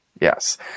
Yes